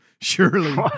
Surely